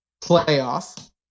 playoff